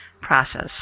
process